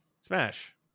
smash